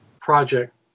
project